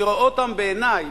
אני רואה אותם בעיני,